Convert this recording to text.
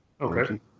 Okay